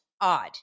odd